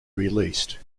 released